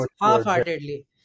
Half-heartedly